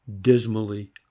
dismally